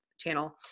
channel